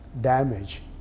damage